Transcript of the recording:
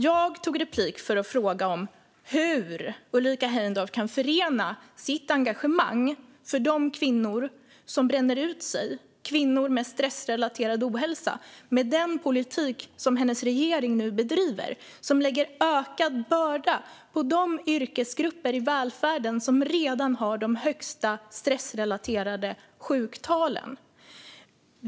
Jag tog replik för att fråga hur Ulrika Heindorff kan förena sitt engagemang för de kvinnor som bränner ut sig och kvinnor med stressrelaterad ohälsa med den politik som hennes regering nu bedriver, en politik som lägger ökad börda på de yrkesgrupper i välfärden som redan har de högsta stressrelaterade sjuktalen.